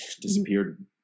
disappeared